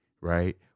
right